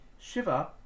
Shiva